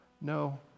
No